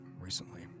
recently